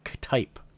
type